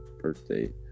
birthday